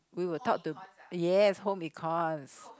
we were taught to yes home econs